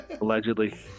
allegedly